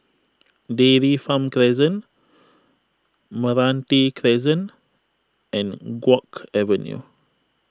Dairy Farm Crescent Meranti Crescent and Guok Avenue